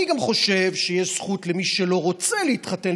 אני חושב שיש זכות גם למי שלא רוצה להתחתן